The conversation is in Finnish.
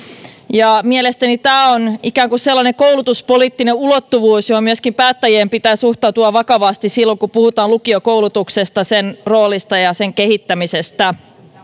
mielestäni tämä on ikään kuin sellainen koulutuspoliittinen ulottuvuus johon myöskin päättäjien pitää suhtautua vakavasti silloin kun puhutaan lukiokoulutuksesta sen roolista ja sen kehittämisestä